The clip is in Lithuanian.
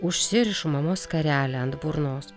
užsirišu mamos skarelę ant burnos